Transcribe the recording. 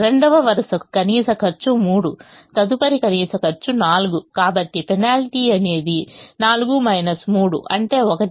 రెండవ వరుసకు కనీస ఖర్చు 3 తదుపరి కనీస ఖర్చు 4 కాబట్టి పెనాల్టీ అనేది 4 3 అంటే 1